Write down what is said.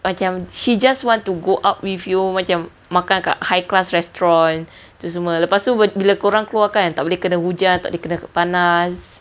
macam she just want to go out with you macam high class restaurant tu semua lepas tu bila kau orang keluar kan tak boleh kena hujan tak boleh kena panas